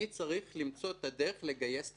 אני צריך למצוא דרך לגייס כסף.